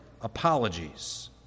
apologies